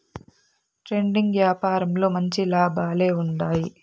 trading యాపారంలో మంచి లాభాలే ఉంటాయి